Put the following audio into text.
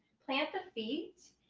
plant the feet.